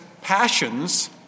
passions